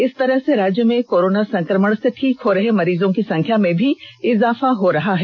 इस तरह से राज्य में कोरोना संक्रमण से ठीक हो रहे मरीजों की संख्या में भी इजाफा हो रहा है